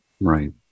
right